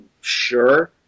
sure